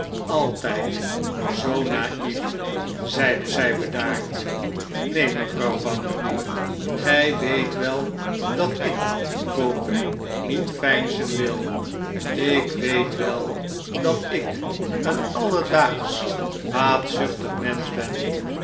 altijd zoo na'ief zeide zij bedaard neen mevrouw bounderby gij weet wel dat ik voor u niet veinzen wii ik weet wel dat ik een alledaagsch baatzuchtig mensch ben